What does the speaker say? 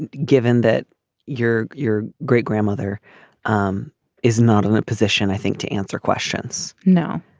and given that your your great grandmother um is not in that position. i think to answer questions no.